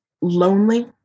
lonely